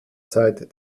seit